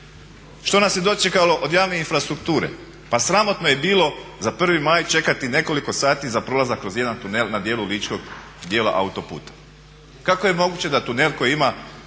Što nas je dočekalo od javne infrastrukture? Pa sramotno je bilo za 1.maj čekati nekoliko sati za prolazak kroz jedan tunel na dijelu ličkog dijela autoputa. Kako je moguće da tunel koji ima